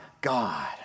God